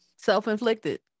Self-inflicted